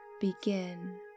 begin